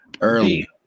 early